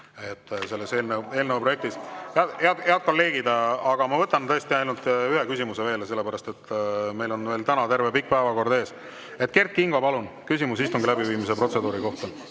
saalist vahele.)Head kolleegid, aga ma võtan tõesti ainult ühe küsimuse veel, sellepärast et meil on täna terve pikk päevakord ees. Kert Kingo, palun, küsimus istungi läbiviimise protseduuri kohta!